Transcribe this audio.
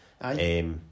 Aye